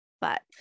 But-